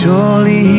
Surely